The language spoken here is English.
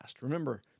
Remember